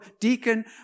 deacon